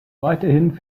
weiterhin